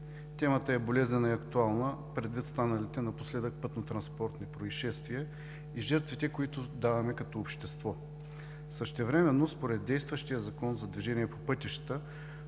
Темата е болезнена и актуална предвид станалите напоследък пътно-транспортни произшествия и жертвите, които даваме като общество. Същевременно, според действащия Закон за движението по пътищата,